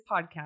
podcast